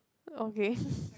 okay